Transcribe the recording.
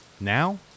Now